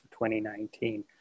2019